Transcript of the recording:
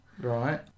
Right